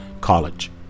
college